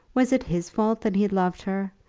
was it his fault that he had loved her,